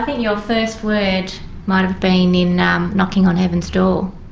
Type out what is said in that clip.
your first word might have been in um knocking on heaven's door.